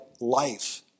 life